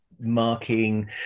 marking